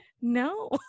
No